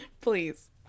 Please